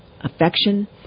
affection